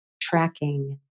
tracking